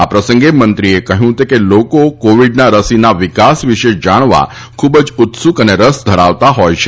આ પ્રસંગે મંત્રીશ્રી એ કહ્યું કે લોકો કોવિડ રસીના વિકાસ વિશે જાણવા ખૂબ ઉત્સુક અને રસ ધરાવતા હોય છે